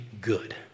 good